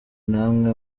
namwe